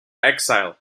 exile